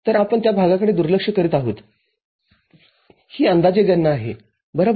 तरआपण त्या भागाकडे दुर्लक्ष करीत आहोत ही अंदाजे गणना आहे बरोबर